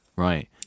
Right